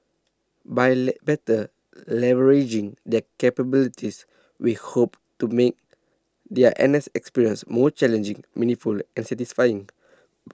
by better leveraging their capabilities we hope to make their N S experience more challenging meaningfully and satisfying